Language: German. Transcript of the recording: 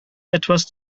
etwas